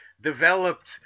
developed